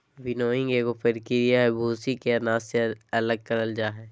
winnowing एक प्रक्रिया हई, भूसी के अनाज से अलग करल जा हई